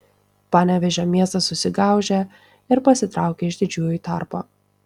panevėžio miestas susigaužė ir pasitraukė iš didžiųjų tarpo